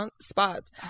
spots